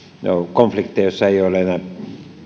joissa ei ole enää